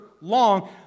long